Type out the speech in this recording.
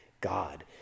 God